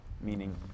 Meaning